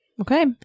Okay